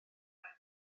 raid